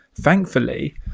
thankfully